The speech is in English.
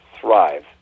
thrive